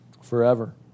forever